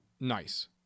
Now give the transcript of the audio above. nice